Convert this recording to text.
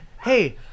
hey